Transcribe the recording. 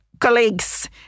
colleagues